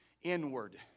inward